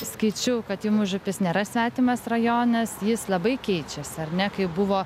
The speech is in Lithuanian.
skaičiau kad jum užupis nėra svetimas rajonas jis labai keičiasi ar ne kaip buvo